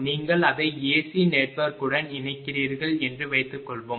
நீங்கள் அதை AC நெட்வொர்க்குடன் இணைக்கிறீர்கள் என்று வைத்துக்கொள்வோம்